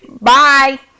Bye